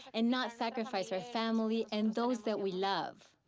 and not sacrifice our family and those that we love.